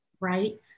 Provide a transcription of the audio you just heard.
right